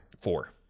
Four